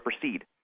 proceed